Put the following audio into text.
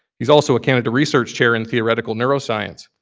he's also a canada research chair in theoretical neuroscience.